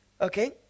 Okay